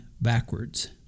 backwards